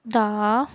ਦਾ